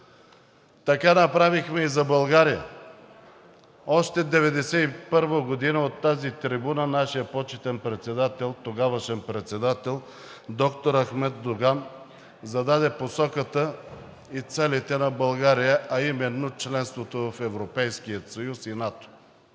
Така направихме и за България. Още 1991 г. от тази трибуна нашият почетен тогавашен председател доктор Ахмед Доган зададе посоката и целите на България, а именно членството в Европейския съюз и НАТО.